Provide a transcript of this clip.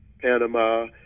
Panama